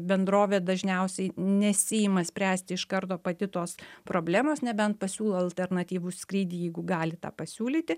bendrovė dažniausiai nesiima spręsti iš karto pati tos problemos nebent pasiūlo alternatyvų skrydį jeigu gali tą pasiūlyti